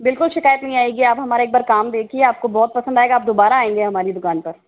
बिल्कुल शिकायत नहीं आएगी आप हमारे एक बार काम देखिए आपको बहुत पसंद आएगा आप दुबारा आएंगे हमारी दुकान पर